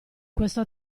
questo